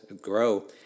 grow